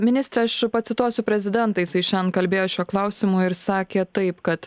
ministre aš pacituosiu prezidentą jisai šiandien kalbėjo šiuo klausimu ir sakė taip kad